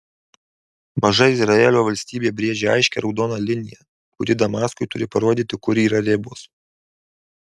maža izraelio valstybė brėžia aiškią raudoną liniją kuri damaskui turi parodyti kur yra ribos